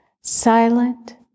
silent